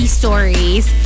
stories